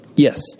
Yes